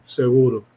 seguro